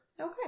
Okay